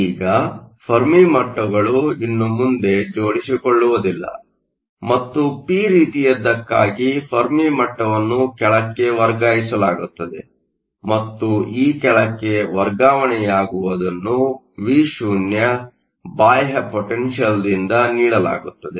ಈಗ ಫೆರ್ಮಿ ಮಟ್ಟಗಳು ಇನ್ನು ಮುಂದೆ ಜೊಡಿಸಿಕೊಳ್ಳುವುದಿಲ್ಲ ಮತ್ತು ಪಿ ರೀತಿಯದ್ದಕ್ಕಾಗಿ ಫೆರ್ಮಿ ಮಟ್ಟವನ್ನು ಕೆಳಕ್ಕೆ ವರ್ಗಾಯಿಸಲಾಗುತ್ತದೆ ಮತ್ತು ಈ ಕೆಳಕ್ಕೆ ವರ್ಗಾವಣೆಯಾಗುವುದನ್ನು Vo ಬಾಹ್ಯ ಪೊಟೆನ್ಷಿಯಲ್ದಿಂದ ನೀಡಲಾಗುತ್ತದೆ